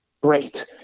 Great